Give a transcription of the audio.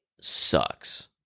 sucks